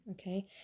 Okay